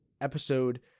episode